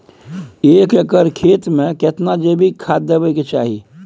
एक एकर खेत मे केतना जैविक खाद देबै के चाही?